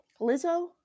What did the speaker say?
Lizzo